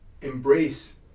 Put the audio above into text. embrace